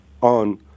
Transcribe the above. on